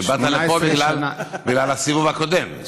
הרי באת לפה בגלל הסיבוב הקודם.